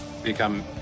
Become